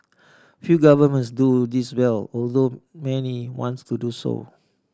few governments do this well although many wants to do so